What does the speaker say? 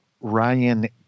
Ryan